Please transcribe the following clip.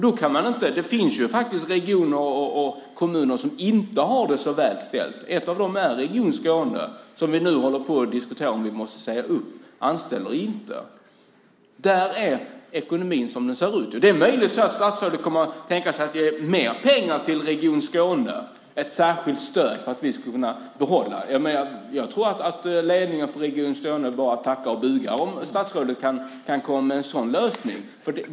Det finns faktiskt regioner och kommuner som inte har det så väl ställt. En av dem är Region Skåne, där vi nu håller på att diskutera om vi måste säga upp anställda eller inte. Där är ekonomin som den är. Det är möjligt att statsrådet kommer att tänka sig att ge mer pengar till Region Skåne - ett särskilt stöd för att vi ska kunna behålla detta. Jag tror att ledningen för Region Skåne bara tackar och bockar om statsrådet kan komma med en sådan lösning.